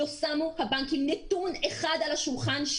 לא שמו הבנקים נתון אחד על השולחן,